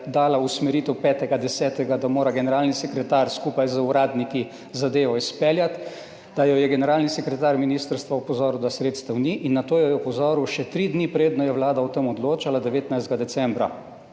dala usmeritev 5. 10., da mora generalni sekretar skupaj z uradniki zadevo izpeljati, da jo je generalni sekretar ministrstva opozoril, da sredstev ni in na to jo je opozoril še tri dni, preden je vlada o tem odločala 19. decembra.